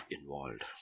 involved